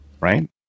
Right